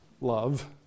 love